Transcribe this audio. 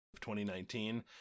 2019